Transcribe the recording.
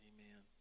Amen